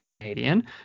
Canadian